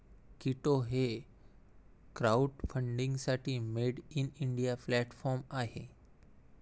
कीटो हे क्राउडफंडिंगसाठी made in India platform आहे